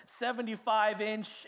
75-inch